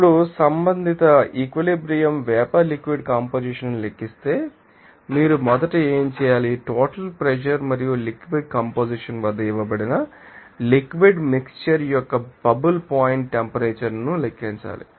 ఇప్పుడు సంబంధిత equilibrium vapour liquid composition ను లెక్కిస్తే మీరు మొదట ఏమి చేయాలి మీరు టోటల్ ప్రెషర్ మరియు లిక్విడ్ కంపొజిషన్ వద్ద ఇవ్వబడిన లిక్విడ్ మిక్శ్చర్ యొక్క బబుల్ పాయింట్ టెంపరేచర్ ను లెక్కించాలి